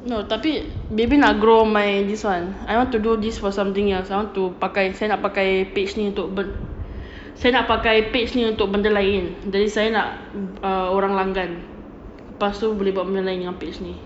no tapi baby nak grow my this one I want to do this for something else I want to pakai saya nak pakai page ni untuk saya nak pakai page ni untuk benda lain jadi saya nak ah orang langgan lepas tu boleh buat benda lain dengan page ni